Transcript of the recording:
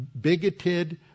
bigoted